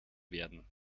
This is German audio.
werden